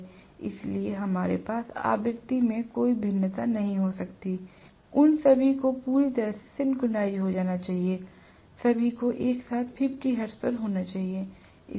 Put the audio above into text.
इसलिए हमारे पास आवृत्ति में कोई भिन्नता नहीं हो सकती है उन सभी को पूरी तरह से सिंक्रनाइज़ किया जाना है सभी को एक साथ 50 हर्ट्ज पर होना चाहिए